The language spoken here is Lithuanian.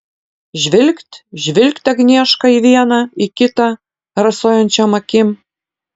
žvilgt žvilgt agnieška į vieną į kitą rasojančiom akim